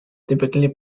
typically